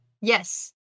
Yes